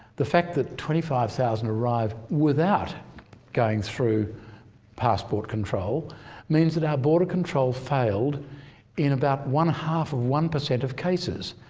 the fact that twenty five thousand arrived without going through passport control means that our border control failed in about one half of one per cent of cases.